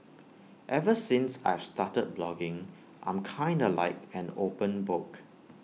ever since I've started blogging I'm kinda like an open book